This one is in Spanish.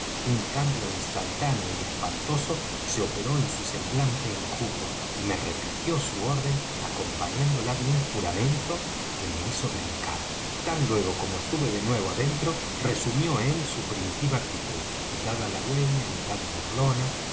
un cambio instantáneo y espantoso se operó en su semblante enjuto y me repitió su orden acompañándola de un juramento que me hizo brincar tan luego como estuve de nuevo adentro resumió él su primitiva actitud mitad halagüeña mitad burlona